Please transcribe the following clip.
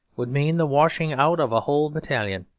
would mean the washing out of a whole battalion.